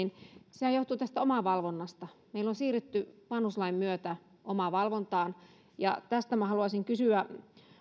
sehän johtuu tästä omavalvonnasta meillä on siirrytty vanhuslain myötä omavalvontaan ja tästä haluaisin kysyä